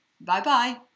Bye-bye